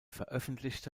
veröffentlichte